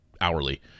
hourly